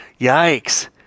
Yikes